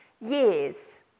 years